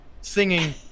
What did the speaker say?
singing